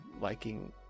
liking